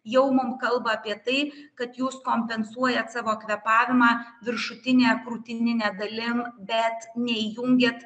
jau mum kalba apie tai kad jūs kompensuojat savo kvėpavimą viršutine krūtinine dalim bet neįjungėt